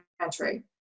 country